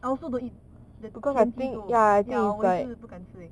I don't eat the 田鸡粥 ya 我一直不敢吃 eh